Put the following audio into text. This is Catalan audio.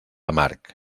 amarg